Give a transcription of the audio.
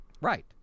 Right